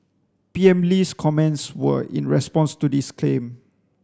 P M Lee's comments were in response to this claim